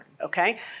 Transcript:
Okay